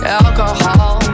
alcohol